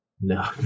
No